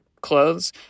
clothes